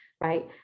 Right